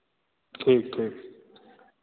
ठीक ठीक